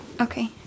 Okay